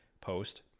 post